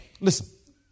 listen